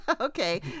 Okay